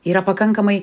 yra pakankamai